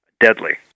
deadly